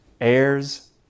heirs